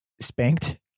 spanked